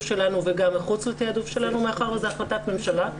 שלנו וגם מחוץ לתיעדוף שלנו מאחר וזו החלטת ממשלה,